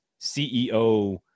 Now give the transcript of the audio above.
CEO